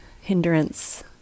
hindrance